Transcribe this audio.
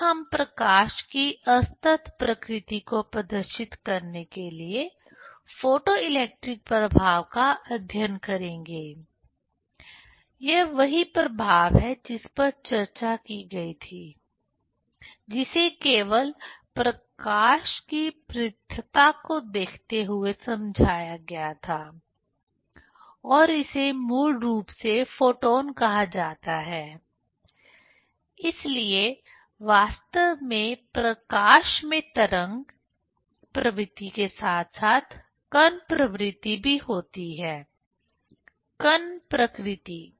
फिर हम प्रकाश की असतत प्रकृति को प्रदर्शित करने के लिए फोटोइलेक्ट्रिक प्रभाव का अध्ययन करेंगे यह वही प्रभाव है जिस पर चर्चा की गई थी जिसे केवल प्रकाश की पृथक्ता को देखते हुए समझाया गया था और इसे मूल रूप से फोटॉन कहा जाता है इसलिए वास्तव में प्रकाश में तरंग प्रवृत्ति के साथ साथ कण प्रवृत्ति भी होती है कण प्रकृति